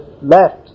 left